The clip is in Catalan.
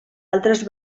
altres